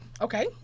Okay